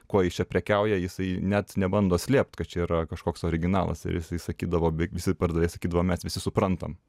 kuo jis čia prekiauja jisai net nebando slėpt kad čia yra kažkoks originalas ir jisai sakydavo beveik visi pardavėjai sakydavo mes visi suprantam